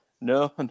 No